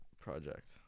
Project